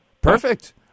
Perfect